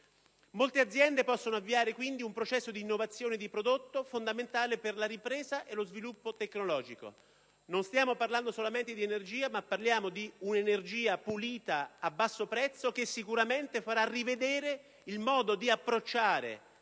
Molte aziende potranno avviare quindi un processo di innovazione di prodotto, fondamentale per la ripresa e lo sviluppo tecnologico. Non stiamo parlando solamente di energia ma di un'energia pulita a basso prezzo, che sicuramente farà rivedere l'approccio